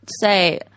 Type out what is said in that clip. say